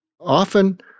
often